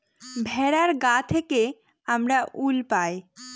ভেড়ার গা থেকে আমরা উল পাই